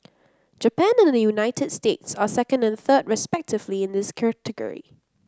Japan and the United States are second and third respectively in this category